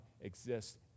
exists